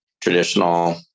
traditional